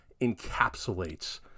encapsulates